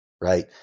right